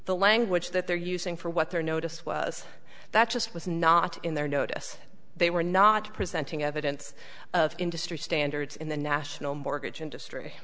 the language that they're using for what they're noticed was that just was not in their notice they were not presenting evidence of industry standards in the national mortgage industry